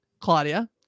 Claudia